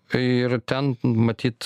ir ten matyt